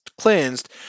cleansed